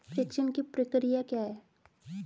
प्रेषण की प्रक्रिया क्या है?